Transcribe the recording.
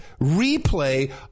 replay